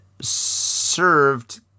served